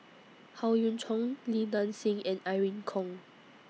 Howe Yoon Chong Li Nanxing and Irene Khong